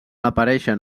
apareixen